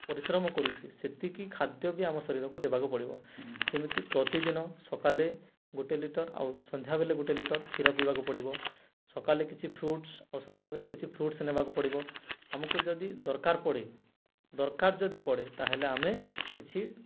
ପରିଶ୍ରମ କରୁଛେ ସେତିକି ଖାଦ୍ୟ ବି ଆମ ଶରୀରକୁ ଦେବାକୁ ପଡ଼ିବ ଯେମିତି ପ୍ରତିଦିନ ସକାଳେ ଗୋଟେ ଲିଟର ଆଉ ସନ୍ଧ୍ୟାବେଳେ ଗୋଟେ ଲିଟର କ୍ଷୀର ପିଇବାକୁ ପଡ଼ିବ ସକାଳେ କିଛି ଫ୍ରୁଟ୍ସ ଆଉ ସନ୍ଧ୍ୟାବେଳେ କିଛି ଫ୍ରୁଟ୍ସ ନେବାକୁ ପଡ଼ିବ ଆମକୁ ଯଦି ଦରକାର ପଡ଼େ ଦରକାର ଯଦି ପଡ଼େ ତାହେଲେ ଆମେ କିଛି